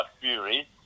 Fury